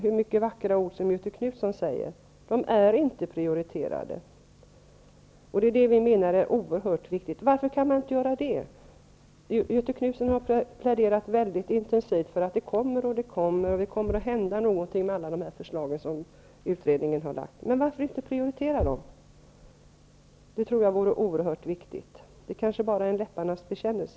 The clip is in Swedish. Hur många vackra ord Göthe Knutson än säger kvarstår detta faktum. Vi menar att det är oerhört viktigt att prioritera dessa brott. Varför kan man inte göra det? Göthe Knutson har ju väldigt intensivt pläderat för att det och det skall komma och att det kommer att hända saker när det gäller alla förslag som utredningen har lagt fram. Men varför då inte göra en prioritering? Jag tror att det är oerhört viktigt att så sker. Kanske rör det sig bara om en läpparnas bekännelse.